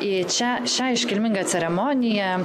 į šią šią iškilmingą ceremoniją